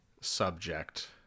subject